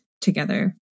together